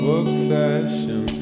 obsession